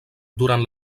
durant